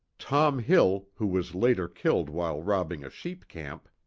tom hill, who was later killed while robbing a sheep camp,